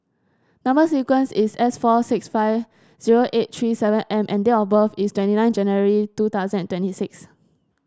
number sequence is S four six five zero eight three seven M and date of birth is twenty nine January two thousand and twenty six